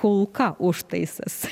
kulka užtaisas